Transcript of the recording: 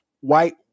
white